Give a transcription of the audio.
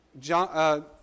John